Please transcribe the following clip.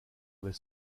avait